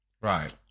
Right